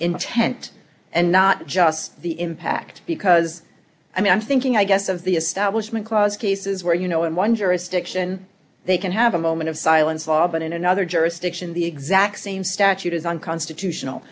intent and not just the impact because i mean i'm thinking i guess of the establishment clause cases where you know in one jurisdiction they can have a moment of silence law but in another jurisdiction the exact same statute is unconstitutional